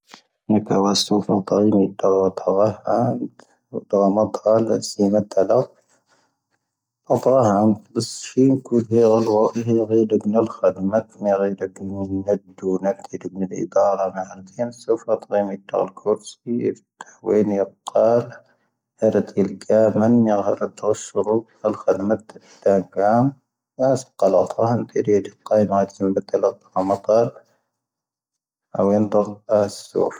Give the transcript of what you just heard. ⵏⵇⴰⵡⵜ ⵚⴼⵔ ⵟⵔⵢⵇⵢⵜ ⵡⵟⵔⴰⵎⵜ ⵍⵙⵢ ⵎⵜⵍⵇ. ⵟⵔⴰⵎ ⴱⵙ ⴼⵢⵏ ⴽⵀⵔ ⴰⵍⵡⴰⵍⵃⵢ ⵢⵔⵢⴷ ⵎⵏ ⴰⵍⵅⴷⵎⵜ ⵢⵔⵢⴷ ⵎⵏ ⵏⴷⵡⵏⴽ ⵢⵔⵢⴷ ⵎⵏ ⴻⴹⴰⵔⵜ ⵎⵃⵍⵜⵢⵏ. ⵚⴼⵔ ⵟⵔⵢⵇⵢⵜ ⵡⵟⵔⴰⵎⵜ ⵍⵙⵢ ⵎⵜⵍⵇ ⵡⵢⵏ ⵢⴱⵇⴰ. ⵀⵔⵜⵢ ⴰⵍⵊⴰⵎⵏ ⵢⵔⵀⵔ ⵜⵔⵛⵔⵡ ⴼⵢ ⴰⵍⵅⴷⵎⵜ ⵜⴰⵇⵔⴰⵎ. ⵡⵟⵔⴰⵎⵜ ⵍⵙⵢ ⵎⵜⵍⵇ ⵡⵢⵏ ⵢⴱⵇⴰ.